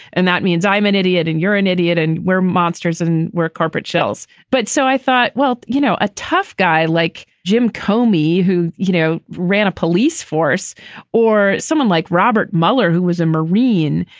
and that means i'm an idiot and you're an idiot. and we're monsters and we're corporate shells. but so i thought, well, you know, a tough guy like jim comey, who, you know, ran a police force or someone like robert mueller, who was a marine,